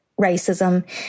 racism